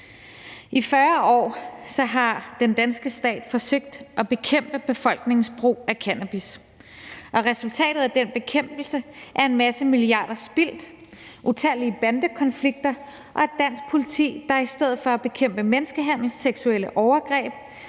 I 40 år har den danske stat forsøgt at bekæmpe befolkningens brug af cannabis, og resultatet af det forsøg på at bekæmpe det er en masse milliarder spildt, utallige bandekonflikter og et dansk politi, der i stedet for at bekæmpe menneskehandel, seksuelle overgreb